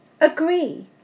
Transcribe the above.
agree